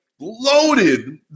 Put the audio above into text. loaded